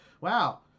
wow